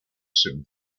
soon